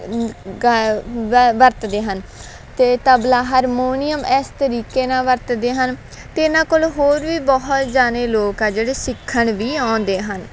ਗਾ ਵਾ ਵਰਤਦੇ ਹਨ ਅਤੇ ਤਬਲਾ ਹਰਮੋਨੀਅਮ ਇਸ ਤਰੀਕੇ ਨਾਲ ਵਰਤਦੇ ਹਨ ਅਤੇ ਇਹਨਾਂ ਕੋਲ ਹੋਰ ਵੀ ਬਹੁਤ ਜਾਣੇ ਲੋਕ ਆ ਜਿਹੜੇ ਸਿੱਖਣ ਵੀ ਆਉਂਦੇ ਹਨ